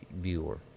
viewer